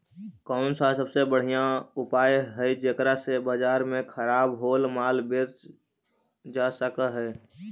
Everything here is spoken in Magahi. कौन सा सबसे बढ़िया उपाय हई जेकरा से बाजार में खराब होअल माल बेचल जा सक हई?